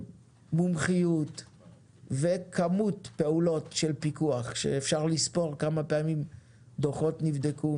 מומחיות וכמות פעולות של פיקוח שאפשר לספור כמה פעמים דוחות נבדקו,